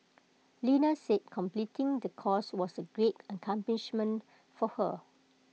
Lena said completing the course was A great accomplishment for her